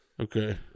Okay